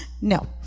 no